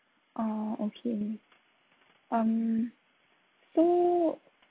uh okay only um so